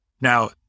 Now